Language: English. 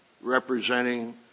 representing